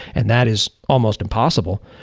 and that is almost impossible.